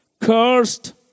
Cursed